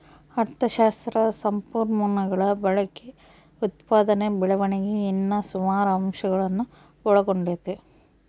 ಅಥಶಾಸ್ತ್ರ ಸಂಪನ್ಮೂಲಗುಳ ಬಳಕೆ, ಉತ್ಪಾದನೆ ಬೆಳವಣಿಗೆ ಇನ್ನ ಸುಮಾರು ಅಂಶಗುಳ್ನ ಒಳಗೊಂಡತೆ